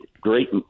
great